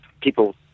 people